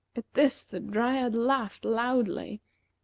at this the dryad laughed loudly.